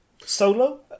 solo